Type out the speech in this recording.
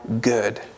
good